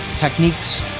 techniques